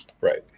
Right